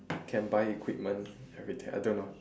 can buy equipment everything I don't know